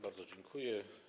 Bardzo dziękuję.